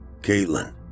Caitlin